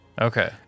Okay